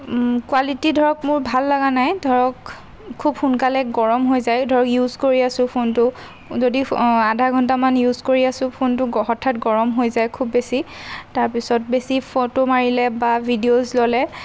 quality ধৰক মোৰ ভাল লগা নাই ধৰক খুব সোনকালে গৰম হৈ যায় ধৰক ইউজ কৰি আছোঁ ফোনটো যদি আধা ঘণ্টামান ইউজ কৰি আছোঁ ফোনটো হঠাৎ গৰম হৈ যায় খুব বেছি তাৰপিছত বেছি ফটো মাৰিলে বা ভিডিঅ'চ ল'লে